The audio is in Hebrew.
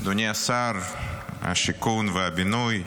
אדוני שר השיכון והבינוי,